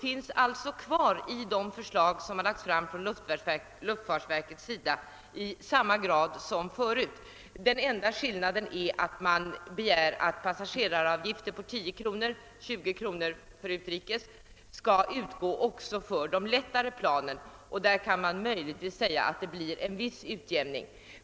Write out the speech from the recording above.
I luftfartsverkets förslag finns därför tröskeleffekten kvar i samma grad som förut. Enda skillnaden är att man begär att passageraravgifter på 10 kronor — 20 kronor för utrikes resa — skall utgå också för de lättare planen. Där kan man möjligen säga att det blir en viss utjämning.